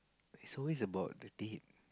it's always about the date